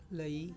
ਲਈ